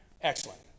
Excellent